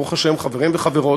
ברוך השם חברים וחברות,